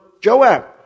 Joab